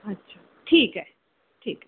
अच्छा ठीक आहे ठीक आहे